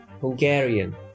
Hungarian